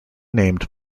named